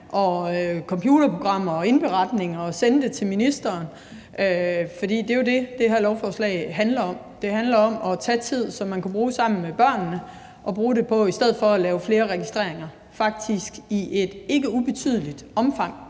computerprogrammer og lave indberetninger og sende det til ministeren, for det er jo det, det her lovforslag handler om. Det handler om at tage tid, som man kunne bruge sammen med børnene, og i stedet for bruge den på at lave flere registreringer, faktisk i et ikke ubetydeligt omfang,